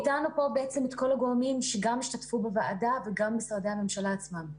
איתנו פה כל הגורמים שגם השתתפו בוועדה וגם משרדי הממשלה עצמם.